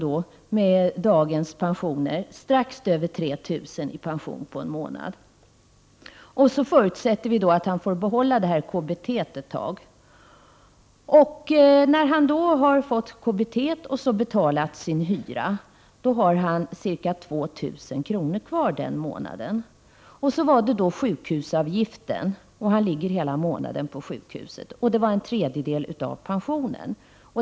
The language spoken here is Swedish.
Han har med dagens pensioner strax över 3 000 kr. i pension per månad. Vi förutsätter att han en tid framöver får behålla KBT. När han fått sin KBT och betalat sin hyra har han ca 2 000 kr. kvar den månaden. Han ligger hela månaden på sjukhuset, och sjukhusavgiften är en tredjedel av pensionen.